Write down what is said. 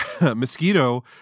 Mosquito